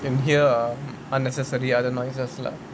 can hear unnecessary other noises lah